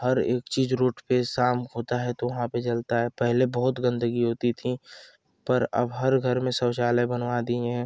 हर एक चीज़ रोड पर शाम होता है तो वहाँ पर जलता है पहले बहुत गंदगी होती थी पर अब हर घर में शौचालय बनवा दिए हैं